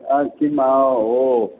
किम् ओ